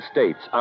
States